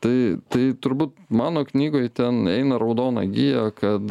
tai tai turbūt mano knygoj ten eina raudona gija kad